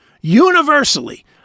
Universally